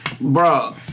bro